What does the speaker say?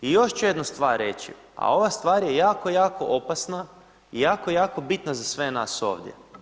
I još ću jednu stvar reći, a ova stvar je jako, jako opasna i jako jako bitna za sve nas ovdje.